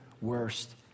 worst